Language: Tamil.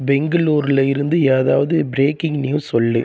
பெங்களூரில் இருந்து ஏதாவது ப்ரேக்கிங் நியூஸ் சொல்